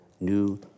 new